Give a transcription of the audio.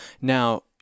Now